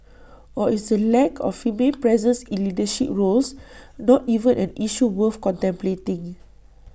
or is the lack of female presence in leadership roles not even an issue worth contemplating